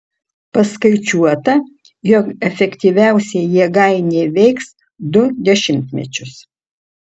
paskaičiuota jog efektyviausiai jėgainė veiks du dešimtmečius